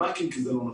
כי זה לא נכון.